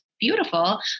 beautiful